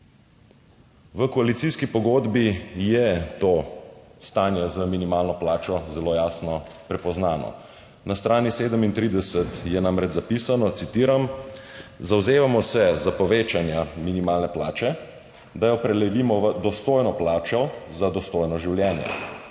V koalicijski pogodbi je to stanje z minimalno plačo zelo jasno prepoznano. Na strani 37 je namreč zapisano, citiram: »Zavzemamo se za povečanje minimalne plače, da jo prelevimo v dostojno plačo za dostojno življenje.